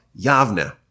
Yavne